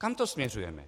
Kam to směřujeme?